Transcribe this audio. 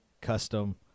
Custom